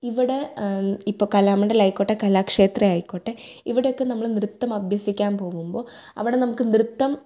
ഇവിടെ ഇപ്പം കലാമണ്ഡലമായിക്കോട്ടെ കലാക്ഷേത്രം ആയിക്കോട്ടെ ഇവിടെ ഒക്കെ നമ്മള് നൃത്തം അഭ്യസിക്കാൻ പോകുമ്പോൾ അവിടെ നമുക്ക് നൃത്തം